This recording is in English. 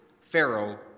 Pharaoh